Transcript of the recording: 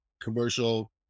commercial